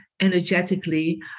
energetically